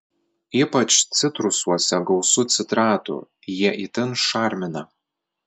ypač citrusuose gausu citratų jie itin šarmina